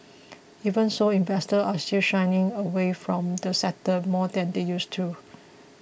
even so investors are still shying away from the sector more than they used to